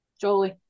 Jolie